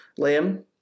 Liam